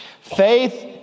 Faith